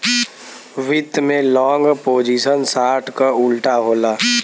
वित्त में long position short क उल्टा होला